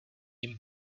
jím